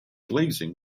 glazing